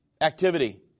activity